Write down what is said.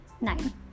nine